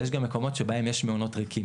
יש גם מקומות שבהם יש מעונות ריקים